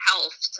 health